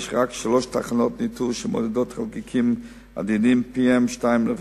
יש רק שלוש תחנות ניטור שמודדות חלקיקים עדינים PM2.5,